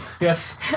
Yes